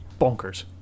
bonkers